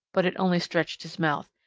but it only stretched his mouth.